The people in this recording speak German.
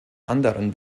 anderen